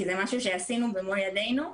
כי זה משהו שעשינו במו ידנו,